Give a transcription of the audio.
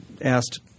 asked